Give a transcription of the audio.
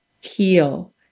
heal